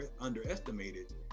underestimated